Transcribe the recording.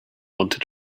wanted